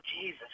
Jesus